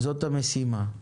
זאת המשימה.